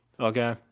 Okay